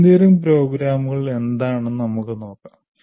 engineering പ്രോഗ്രാമുകൾ എന്താണെന്ന് നമുക്ക് നോക്കാം